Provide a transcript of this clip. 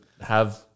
have-